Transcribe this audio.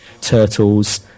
Turtles